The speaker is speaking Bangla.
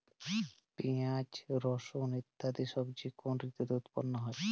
পিঁয়াজ রসুন ইত্যাদি সবজি কোন ঋতুতে উৎপন্ন হয়?